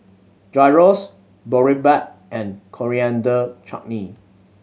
Gyros Boribap and Coriander Chutney